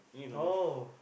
oh